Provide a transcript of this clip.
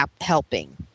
helping